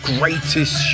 Greatest